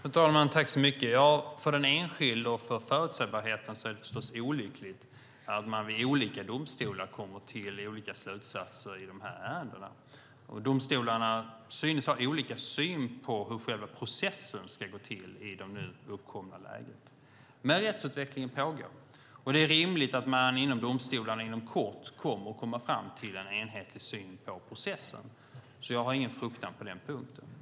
Fru talman! För den enskilde och för förutsägbarheten är det förstås olyckligt att man vid olika domstolar kommer till olika slutsatser i de här ärendena. Domstolarna synes ha olika syn på hur själva processen ska gå till i det nu uppkomna läget. Rättsutvecklingen pågår dock, och det är rimligt att man inom domstolarna inom kort kommer att komma fram till en enhetlig syn på processen. Jag har därför ingen fruktan på den punkten.